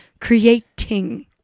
creating